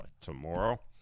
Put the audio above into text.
tomorrow